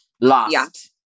lost